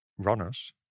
Runners